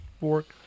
Work